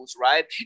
Right